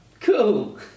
Cool